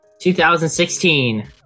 2016